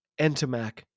Entomac